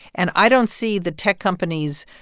and i don't see the tech companies,